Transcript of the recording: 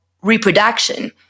reproduction